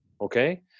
Okay